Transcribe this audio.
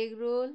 egg roll